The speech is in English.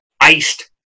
iced